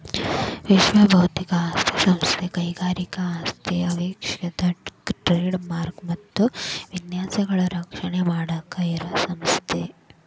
ವಿಶ್ವ ಬೌದ್ಧಿಕ ಆಸ್ತಿ ಸಂಸ್ಥೆ ಕೈಗಾರಿಕಾ ಆಸ್ತಿ ಆವಿಷ್ಕಾರ ಟ್ರೇಡ್ ಮಾರ್ಕ ಮತ್ತ ವಿನ್ಯಾಸಗಳನ್ನ ರಕ್ಷಣೆ ಮಾಡಾಕ ಇರೋ ಸಂಸ್ಥೆ